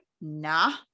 nah